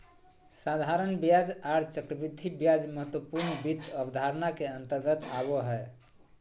साधारण ब्याज आर चक्रवृद्धि ब्याज महत्वपूर्ण वित्त अवधारणा के अंतर्गत आबो हय